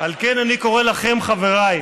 על כן אני קורא לכם, חבריי,